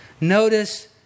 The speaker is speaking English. Notice